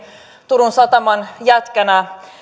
turun sataman jätkänä